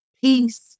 Peace